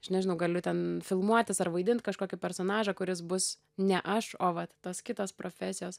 aš nežinau galiu ten filmuotis ar vaidint kažkokį personažą kuris bus ne aš o vat tos kitos profesijos